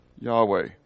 Yahweh